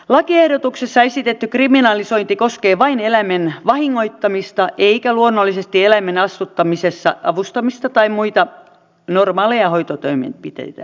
lakiehdotuksessa esitetty kriminalisointi koskee vain eläimen vahingoittamista eikä luonnollisesti eläimen astuttamisessa avustamista tai muita normaaleja hoitotoimenpiteitä